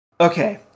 Okay